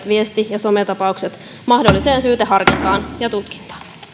viesti ja sometapaukset mahdolliseen syyteharkintaan ja tutkintaan